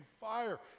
fire